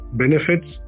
benefits